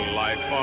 life